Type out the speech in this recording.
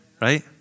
right